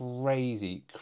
crazy